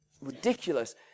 ridiculous